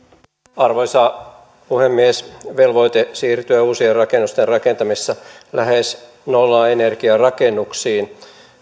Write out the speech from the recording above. arvoisa puhemies velvoite siirtyä uusien rakennusten rakentamisessa lähes nollaenergiarakennuksiin